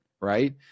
right